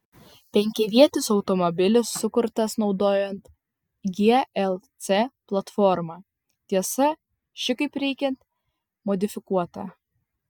penkiavietis automobilis sukurtas naudojant glc platformą tiesa ši kaip reikiant modifikuota